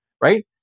right